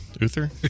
Uther